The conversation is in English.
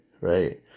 right